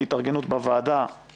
ננעלה בשעה